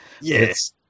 Yes